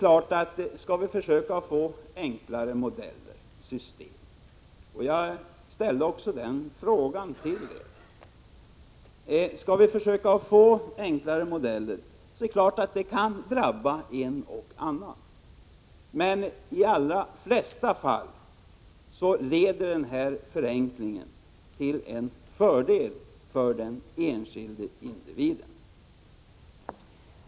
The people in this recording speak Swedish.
Om vi inför ett enklare system, kan det naturligtvis komma att drabba en och annan. Men i de allra flesta fall leder förenklingen till en fördel för den enskilda individen.